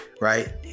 Right